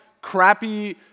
crappy